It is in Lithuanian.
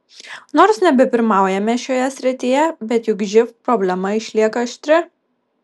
nors nebepirmaujame šioje srityje bet juk živ problema išlieka aštri